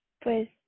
pues